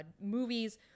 movies